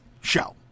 show